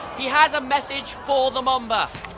he has a message for the mamba.